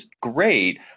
great